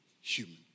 human